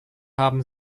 haben